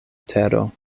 tero